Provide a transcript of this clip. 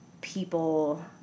people